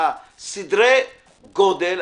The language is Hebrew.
סדרי הגודל.